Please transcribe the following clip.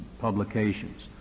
publications